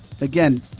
again